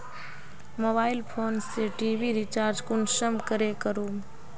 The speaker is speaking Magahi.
मोबाईल फोन से टी.वी रिचार्ज कुंसम करे करूम?